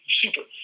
super